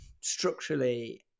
structurally